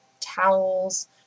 towels